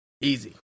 Easy